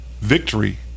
victory